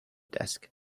desk